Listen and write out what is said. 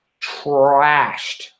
trashed